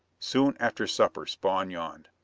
soon after supper spawn yawned.